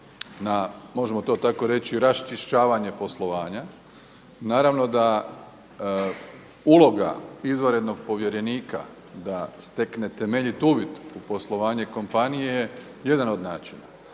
na možemo to tako reći raščišćavanje poslovanja, naravno da uloga izvanrednog povjerenika da stekne temeljit uvid u poslovanje kompanije je jedan od načina.